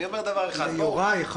ליוראי להב-הרצנו,